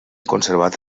conservat